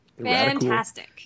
Fantastic